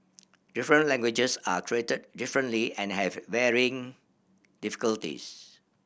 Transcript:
different languages are created differently and have varying difficulties